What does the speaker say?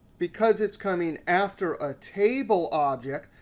because it's coming after a table object,